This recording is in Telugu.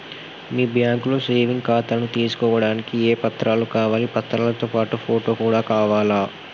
మీ బ్యాంకులో సేవింగ్ ఖాతాను తీసుకోవడానికి ఏ ఏ పత్రాలు కావాలి పత్రాలతో పాటు ఫోటో కూడా కావాలా?